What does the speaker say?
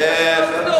בלי קשר לעובדות.